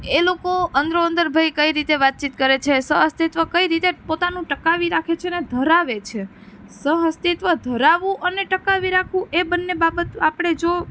એ લોકો અંદરો અંદર ભાઈ કઈ રીતે વાતચીત કરે છે સહઅસ્તિત્વ કઈ રીતે પોતાનું ટકાવી રાખે છે ને ધરાવે છે સહઅસ્તિત્વ ધરાવવું અને ટકાવી રાખવું એ બંને બાબત આપણે જો